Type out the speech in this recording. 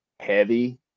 heavy